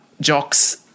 Jock's